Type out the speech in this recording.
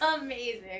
amazing